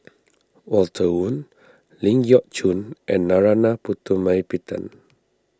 Walter Woon Ling Geok Choon and Narana Putumaippittan